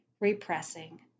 repressing